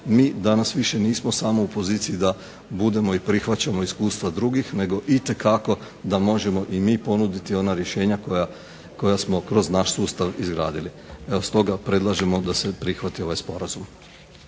mi danas više nismo samo u poziciji da budemo i prihvaćamo iskustva drugih, nego itekako da možemo i mi ponuditi ona rješenja koja smo kroz naš sustav izgradili. Evo stoga predlažemo da se prihvati ovaj Sporazum.